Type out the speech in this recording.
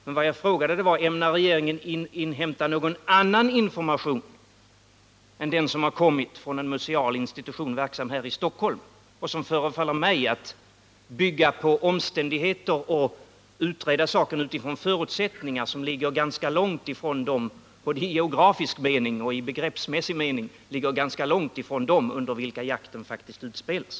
Däremot frågade jag om regeringen ämnar inhämta någon annan information än den som har kommit från en museal institution verksam här i Stockholm och som förefaller mig bygga på omständigheter som, i både geografisk och begreppsmässig mening, ligger ganska långt från de under vilka jakten faktiskt utspelas.